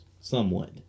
somewhat